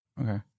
Okay